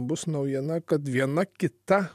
bus naujiena kad viena kita